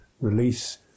release